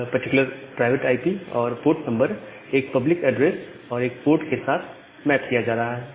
यह particular private IP और port number एक पब्लिक ऐड्रेस और एक पोर्ट के साथ मैप किया जा रहा है